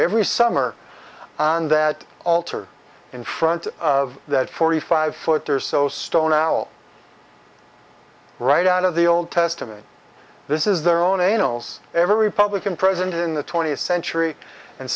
every summer on that altar in front of that forty five foot or so stone owl right out of the old testament this is their own annals every republican president in the twentieth century and